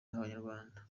kw’abanyarwanda